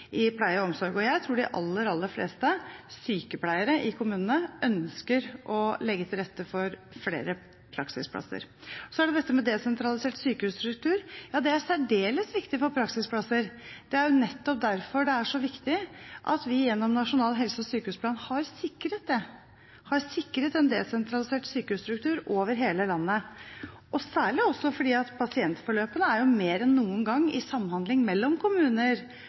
i pleie og omsorg. Jeg tror de aller, aller fleste sykepleiere i kommunene ønsker å legge til rette for flere praksisplasser. Så er det dette med desentralisert sykehusstruktur. Ja, det er særdeles viktig for praksisplasser. Det er nettopp derfor det er så viktig at vi gjennom Nasjonal helse- og sykehusplan har sikret en desentralisert sykehusstruktur over hele landet, og særlig fordi pasientforløpet mer enn noen gang er i samhandling mellom kommuner